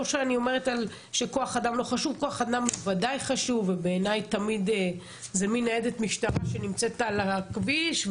כוח אדם בוודאי חשוב מניידת משטרה שנמצאת על הכביש,